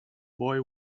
boy